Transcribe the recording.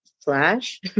Flash